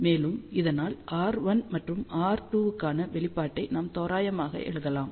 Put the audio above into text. மேலும் இதனால் r1 மற்றும் r2 க்கான வெளிப்பாட்டை நாம் தோராயமாக எழுதலாம்